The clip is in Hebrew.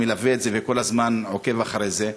אני מלווה את זה וכל הזמן עוקב אחרי זה,